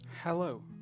Hello